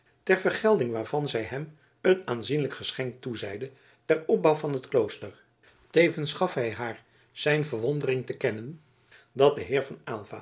ter vergelding waarvan zij hem een aanzienlijk geschenk toezeide ter opbouw van het klooster tevens gaf hij haar zijn verwondering te kennen dat de heer van